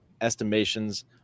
estimations